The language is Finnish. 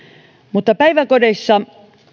mutta päiväkodeissa